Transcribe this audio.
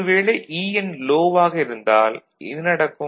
ஒருவேளை EN low ஆக இருந்தால் என்ன நடக்கும்